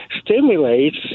stimulates